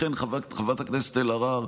לכן, חברת הכנסת אלהרר,